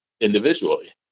individually